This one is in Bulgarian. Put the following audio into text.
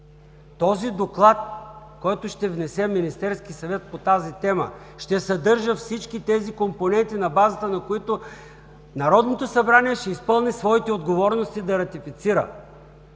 Докладът, който ще внесе Министерският съвет по тази тема, ще съдържа всички компоненти, на базата на които Народното събрание ще изпълни своите отговорности да ратифицира.